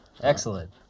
Excellent